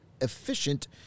efficient